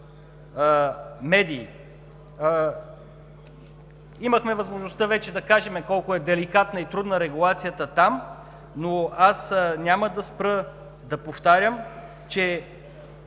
медии, имахме вече възможността да кажем колко е деликатна и трудна регулацията там, но аз няма да спра да повтарям, че